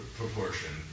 proportion